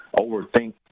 overthink